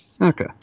okay